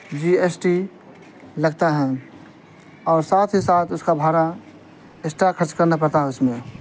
جی S T لگتا ہیں اور ساتھ ہی ساتھ اس کا بھارا اسٹرا خرچ کرنا پڑتا ہے اس میں